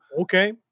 Okay